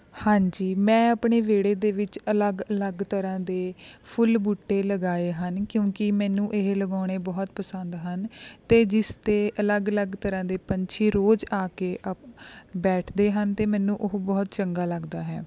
ਹਾਂਜੀ ਮੈਂ ਆਪਣੇ ਵਿਹੜੇ ਦੇ ਵਿੱਚ ਅਲੱਗ ਅਲੱਗ ਤਰ੍ਹਾਂ ਦੇ ਫੁੱਲ ਬੂਟੇ ਲਗਾਏ ਹਨ ਕਿਉਂਕਿ ਮੈਨੂੰ ਇਹ ਲਗਾਉਣੇ ਬਹੁਤ ਪਸੰਦ ਹਨ ਅਤੇ ਜਿਸ 'ਤੇ ਅਲੱਗ ਅਲੱਗ ਤਰ੍ਹਾਂ ਦੇ ਪੰਛੀ ਰੋਜ਼ ਆ ਕੇ ਅ ਬੈਠਦੇ ਹਨ ਅਤੇ ਮੈਨੂੰ ਉਹ ਬਹੁਤ ਚੰਗਾ ਲੱਗਦਾ ਹੈ